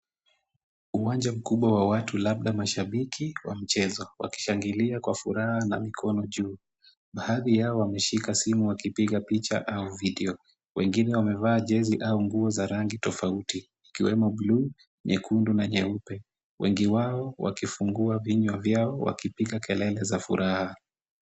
Uwanja mkubwa watu labda mashabiki wa mchezo wakishangilia kwa furaha na mikono juu. Baadhi yao wameshika simu wakipiga picha au video. Wengine wamevaa jezi au nguo za rangi tofauti ikiwemo buluu, nyekundu na nyeupe, wengi wao wakifungua vinywa vyao wakipiga kelele za furaha.